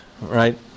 right